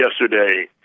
yesterday